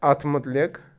اَتھ متعلِق